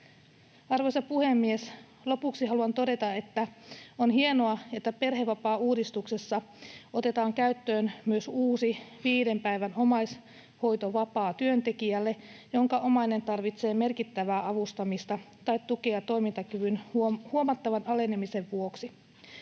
Arvoisa puhemies! Lopuksi haluan todeta, että on hienoa, että perhevapaauudistuksessa otetaan käyttöön myös uusi viiden päivän omaishoitovapaa työntekijälle, jonka omainen tarvitsee merkittävää avustamista tai tukea toimintakyvyn huomattavan alenemisen vuoksi.